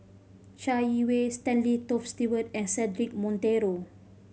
Chai Yee Wei Stanley Toft Stewart and Cedric Monteiro